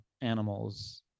animals